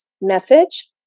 Message